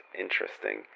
interesting